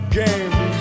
game